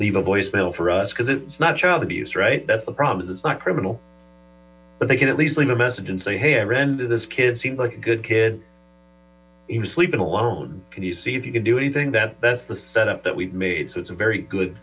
leave a voicemail for us because it's not child abuse right that's the problem is it's not criminal but they can at least leave a message and say hey i ran to this kid seemed like a good kid he was sleeping alone can you see if you can do anything that that's the setup that we've made so it's a very good